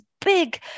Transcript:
big